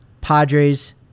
Padres